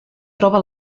troba